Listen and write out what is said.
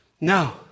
No